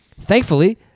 Thankfully